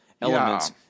elements